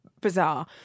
bizarre